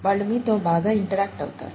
వాళ్ళు మీతో బాగా ఇంటరాక్ట్ అవుతారు